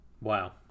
Wow